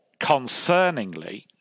concerningly